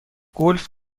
گلف